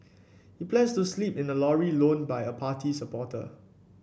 he plans to sleep in a lorry loaned by a party supporter